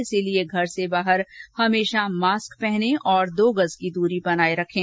इसीलिए घर से बाहर हमेशा मास्क पहनें और दो गज की दूरी बनाए रखें